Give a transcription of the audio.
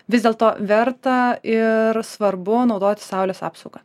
vis dėlto verta ir svarbu naudoti saulės apsaugą